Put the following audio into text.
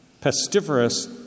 pestiferous